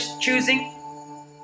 choosing